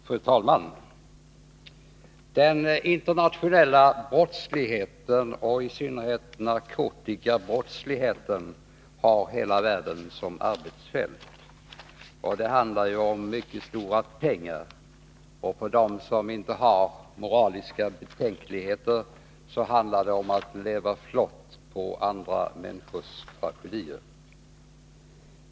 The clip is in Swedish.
Fru talman! Den internationella brottsligheten — och i synnerhet narkotikabrottsligheten — har hela världen som arbetsfält. Det handlar om mycket stora pengar, och för dem som inte har moraliska betänkligheter handlar det om att leva flott på andra människors tragedier.